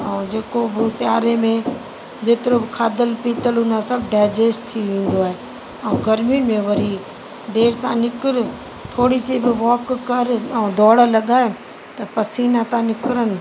ऐं जेको उहो सियारे में जेतिरो खाधल पीतल हूंदो आहे सभु डाइजैस्ट थी वेंदो आहे ऐं गर्मी में वरी देरि सां निकिर थोरी सी बि वॉक कर ऐं दौड़ लॻाए त पसीना त निकिरनि